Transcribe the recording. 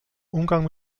umgang